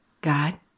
God